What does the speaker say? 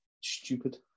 stupid